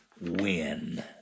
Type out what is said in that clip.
win